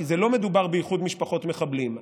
כי לא מדובר באיחוד משפחות מחבלים.